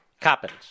Coppins